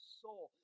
soul